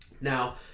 now